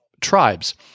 tribes